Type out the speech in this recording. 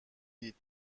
دید